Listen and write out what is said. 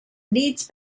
needs